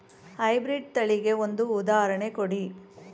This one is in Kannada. ಹೈ ಬ್ರೀಡ್ ತಳಿಗೆ ಒಂದು ಉದಾಹರಣೆ ಕೊಡಿ?